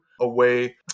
away